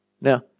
Now